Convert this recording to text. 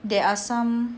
there are some